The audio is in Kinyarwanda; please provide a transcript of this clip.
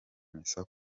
misa